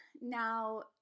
now